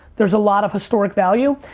there's a lot of historic value.